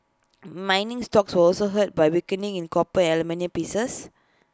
mining stocks were also hurt by weakening in copper and aluminium prices